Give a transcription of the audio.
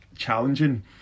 challenging